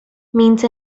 means